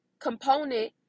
component